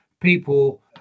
people